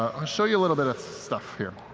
ah show you a little bit of stuff here.